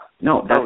no